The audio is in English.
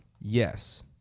Yes